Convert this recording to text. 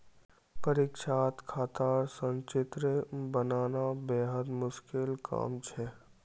परीक्षात खातार संचित्र बनाना बेहद मुश्किल काम छ